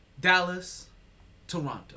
Dallas-Toronto